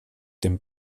dem